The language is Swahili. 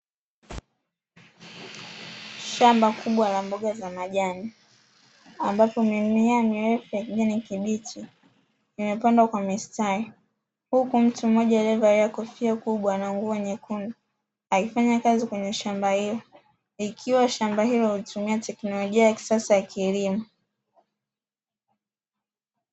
Shamba kubwa la mboga za majani, ambapo mimea mirefu yenye kijani kibichi imepandwa kwa mistari, huku mtu mmoja aliyevalia kofia kubwa na nguo nyekundu akifanya kazi kwenye shamba hilo. Ikiwa shamba hilo hutumia teknolojia ya kisasa ya kilimo.